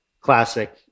classic